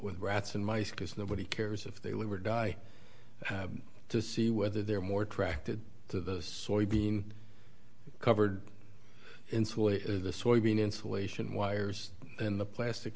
with rats and mice because nobody cares if they live or die to see whether they're more attracted to the soybean covered in the soybean insulation wires and the plastic